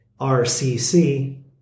RCC